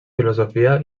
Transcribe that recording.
filosofia